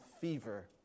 fever